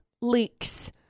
leaks